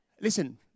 Listen